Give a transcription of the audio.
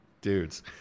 dudes